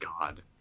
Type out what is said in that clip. God